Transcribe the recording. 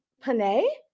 Panay